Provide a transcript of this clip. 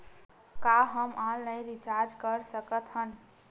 का हम online recharge कर सकत हन?